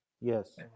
Yes